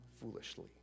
foolishly